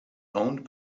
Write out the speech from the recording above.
owned